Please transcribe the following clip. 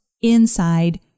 inside